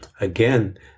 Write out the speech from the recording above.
again